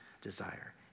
desire